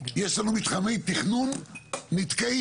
שיש להם מתחמי תכנון שנתקעים,